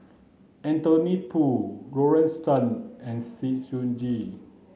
Anthony Poon Lorna Tan and Sng Choon Yee